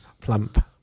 Plump